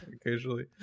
occasionally